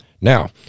now